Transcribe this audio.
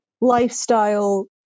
lifestyle